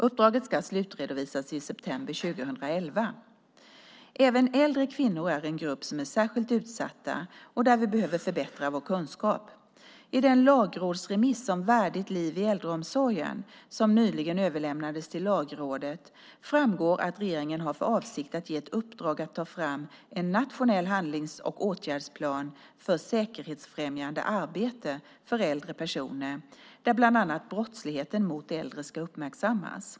Uppdraget ska slutredovisas i september 2011. Även äldre kvinnor är en grupp som är särskilt utsatt och där behöver vi förbättra vår kunskap. I den lagrådsremiss om värdigt liv i äldreomsorgen som nyligen överlämnades till Lagrådet framgår att regeringen har för avsikt att ge ett uppdrag att ta fram en nationell handlings och åtgärdsplan för säkerhetsfrämjande arbete för äldre personer där bland annat brottsligheten mot äldre ska uppmärksammas.